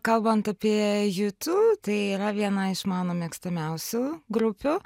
kalbant apie jū tiū tai yra viena iš mano mėgstamiausių grupių